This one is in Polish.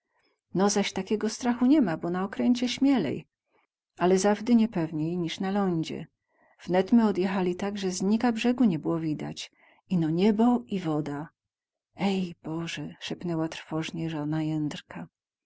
no zaś takiego strachu ni ma bo na okręcie śmielej ale zawdy niepewniej niz na lądzie wnet my odjechali tak ze nika brzegu nie było widać ino niebo i woda ej boże szepnęła trwożnie żona jędrzka